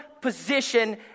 position